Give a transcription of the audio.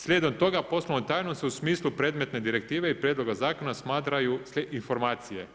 Slijedom toga poslovnom tajnom se u smislu predmetne direktive i prijedloga zakona smatraju informacije.